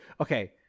Okay